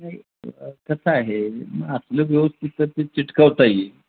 नाही कसं आहे असलं व्यवस्थित तर ते चिकटवता येईल